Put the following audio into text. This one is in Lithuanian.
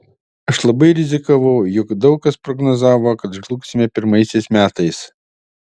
aš labai rizikavau juk daug kas prognozavo kad žlugsime pirmaisiais metais